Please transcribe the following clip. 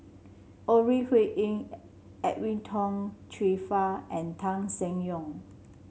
Ore Huiying Edwin Tong Chun Fai and Tan Seng Yong